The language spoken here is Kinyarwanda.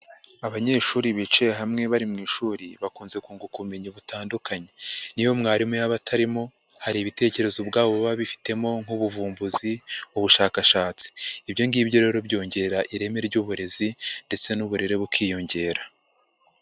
Abanyeshuri bicaye hamwe bari mu ishuri bakunze kunguka ubumenyi butandukanye. N'iyo mwarimu yaba atarimo, hari ibitekerezo ubwabo baba bifitemo nk'ubuvumbuzi, ubushakashatsi. Ibyo ngibyo rero byongera ireme ry'uburezi, ndetse n'uburere bukiyongera.